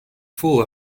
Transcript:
full